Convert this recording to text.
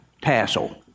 tassel